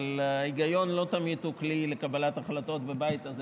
אבל ההיגיון הוא לא תמיד כלי לקבלת החלטות בבית הזה,